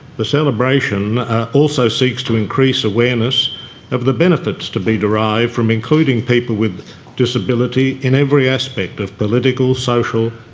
the celebration also seeks to increase awareness of the benefits to be derived from including people with disability in every aspect of political, social,